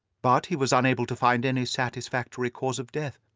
but he was unable to find any satisfactory cause of death.